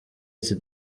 ati